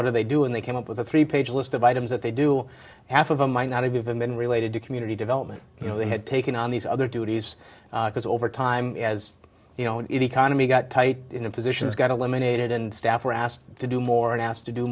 what do they do and they came up with a three page list of items that they do half of them might not have been related to community development you know they had taken on these other duties because over time as you know an economy got tight in positions got a lemonade and staff were asked to do more and asked to do